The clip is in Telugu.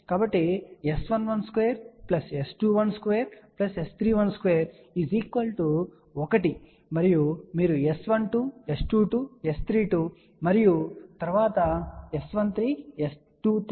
కాబట్టి S211 S221 S231 1 మరియు మీరు S12 S22 S32 మరియు తరువాత S13 S23 S33 కోసం ఇక్కడ వ్రాయవచ్చు